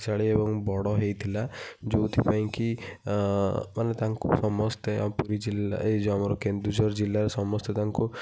ଶକ୍ତିଶାଳୀ ଏବଂ ବଡ଼ ହୋଇଥିଲା ଯେଉଁଥିପାଇଁ କି କଲେ ତାଙ୍କୁ ସମସ୍ତେ ଆମ ପୁରୀ ଜିଲ୍ଲା ଏ ଯେଉଁ ଆମର କେନ୍ଦୁଝର ଜିଲ୍ଲାରେ ସମସ୍ତେ ତାଙ୍କୁ